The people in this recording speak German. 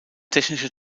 technische